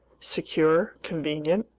secure, convenient,